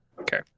Okay